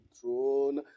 throne